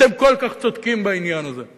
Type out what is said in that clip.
אתם כל כך צודקים בעניין הזה,